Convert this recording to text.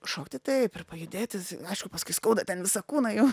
šokti taip ir pajudėti aišku paskui skauda ten visą kūną jau